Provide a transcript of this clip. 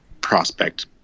prospect